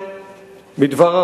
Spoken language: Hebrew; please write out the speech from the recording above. מעביר.